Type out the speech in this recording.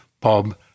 Bob